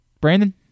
Brandon